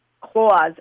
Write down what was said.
clause